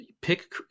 Pick